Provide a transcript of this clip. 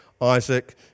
Isaac